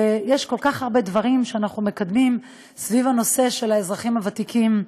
שיש כל כך הרבה דברים שאנחנו מקדמים סביב הנושא של האזרחים הוותיקים.